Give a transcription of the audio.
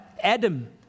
Adam